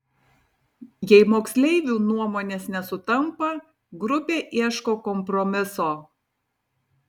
jei moksleivių nuomonės nesutampa grupė ieško kompromiso